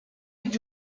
did